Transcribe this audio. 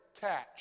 catch